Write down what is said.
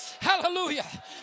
Hallelujah